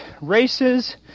races